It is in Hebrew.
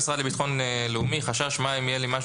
במשרד לביטחון לאומי עלה חשש מה אם יהיה לי משהו